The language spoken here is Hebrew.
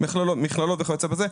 מכללות וכיוצא בזה.